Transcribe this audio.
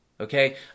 okay